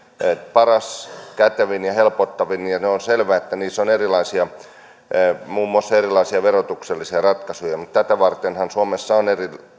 paras kätevin ja helpottavin ja on selvä että niissä on muun muassa erilaisia verotuksellisia ratkaisuja tätä vartenhan suomessa on